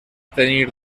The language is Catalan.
tenir